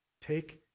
Take